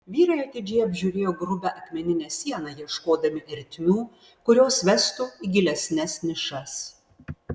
vyrai atidžiai apžiūrėjo grubią akmeninę sieną ieškodami ertmių kurios vestų į gilesnes nišas